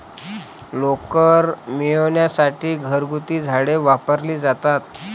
लोकर मिळविण्यासाठी घरगुती झाडे वापरली जातात